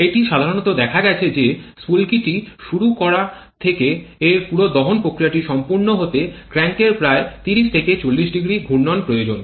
এটি সাধারণত দেখা গেছে যে স্ফুলকিটি শুরু করা থেকে এর পুরো দহন প্রতিক্রিয়াটি সম্পূর্ণ হতে ক্র্যাঙ্কের প্রায় ৩০ থেকে ৪০০ ঘূর্ণন প্রয়োজন